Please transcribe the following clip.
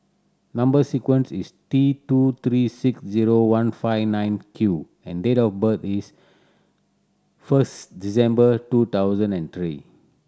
number sequence is T two three six zero one five nine Q and date of birth is first December two thousand and three